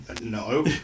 No